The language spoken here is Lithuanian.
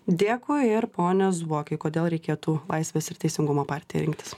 dėkui ir pone zuokai kodėl reikėtų laisvės ir teisingumo partiją rinktis